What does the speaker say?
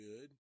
good